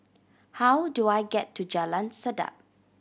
how do I get to Jalan Sedap